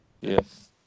Yes